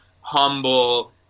humble